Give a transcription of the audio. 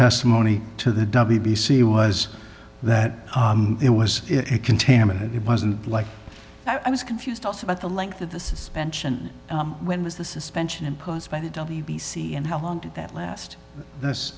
testimony to the w b c was that it was it contaminated it wasn't like i was confused also about the length of the suspension when was the suspension imposed by the w b c and how long did that last that's